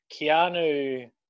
Keanu